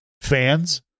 fans